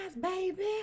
baby